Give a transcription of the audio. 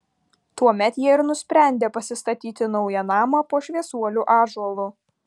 tuomet jie ir nusprendė pasistatyti naują namą po šviesuolių ąžuolu